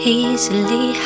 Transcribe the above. easily